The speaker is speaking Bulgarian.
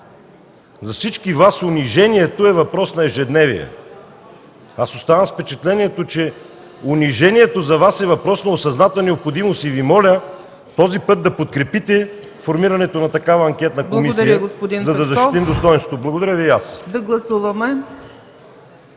За всички Вас унижението е въпрос на ежедневие. Оставам с впечатление, че унижението за Вас е въпрос за осъзната необходимост и Ви моля този път да подкрепите формирането на такава анкетна комисия, за да защитим достойнството си.